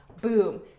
Boom